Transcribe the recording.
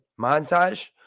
montage